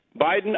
Biden